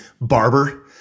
barber